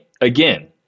Again